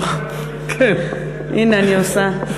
לא, הנה אני עושה,